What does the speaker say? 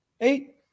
Eight